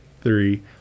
three